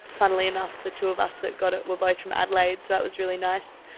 funnily enough, the two of us that got it were both from adelaide, so that was really nice,